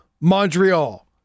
Montreal